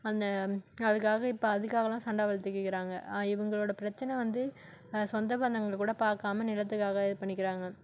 அந்த அதுக்காக இப்போ அதுக்காகயெலாம் சண்டை வளர்த்திகிறாங்க இவங்களோட பிரச்சின வந்து சொந்த பந்தங்கள் கூட பார்க்காம நிலத்துக்காக இது பண்ணிக்கிறாங்க